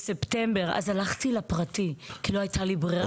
בספטמבר, אז הלכתי לפרטי כי לא הייתה לי ברירה.